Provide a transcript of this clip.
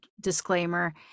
disclaimer